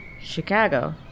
Chicago